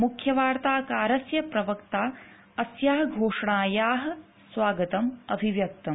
मुख्यवार्ताकारस्य प्रवक्ता अस्याः घोषणायाः स्वागतं अभिव्यक्तम्